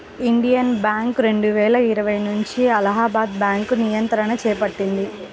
Indian bank రెండువేల ఇరవై నుంచి అలహాబాద్ బ్యాంకు నియంత్రణను చేపట్టింది